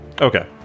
Okay